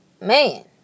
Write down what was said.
Man